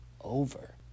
over